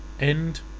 End